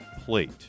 plate